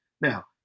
Now